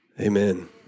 Amen